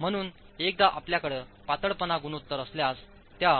म्हणून एकदा आपल्याकडे पातळपणा गुणोत्तर असल्यास त्या